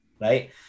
right